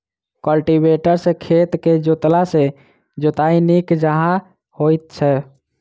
cultivator सॅ खेत के जोतला सॅ जोताइ नीक जकाँ होइत छै